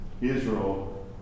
Israel